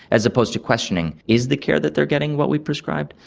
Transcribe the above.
as opposed to questioning is the care that they are getting what we prescribed,